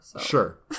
Sure